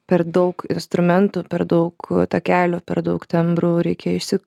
per daug instrumentų per daug takelių per daug tembrų reikia išsi